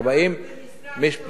זה רק במשרד שלך.